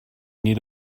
need